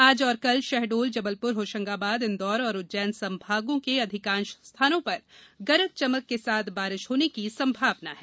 आज और कल शहडोल जबलपुर होशंगाबाद इंदौर और उज्जैन संभागों के जिलों के अधिकांश स्थानों पर गरज चमक के साथ बारिश होने की संभावना है